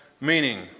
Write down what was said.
Meaning